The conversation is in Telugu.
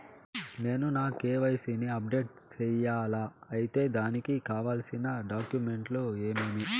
నేను నా కె.వై.సి ని అప్డేట్ సేయాలా? అయితే దానికి కావాల్సిన డాక్యుమెంట్లు ఏమేమీ?